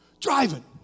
driving